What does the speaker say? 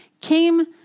came